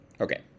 Okay